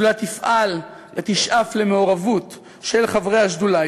השדולה תפעל ותשאף למעורבות של חברי השדולה,